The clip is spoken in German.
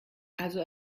also